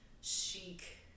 chic